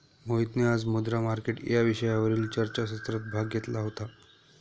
मोहितने आज मुद्रा मार्केट या विषयावरील चर्चासत्रात भाग घेतला होता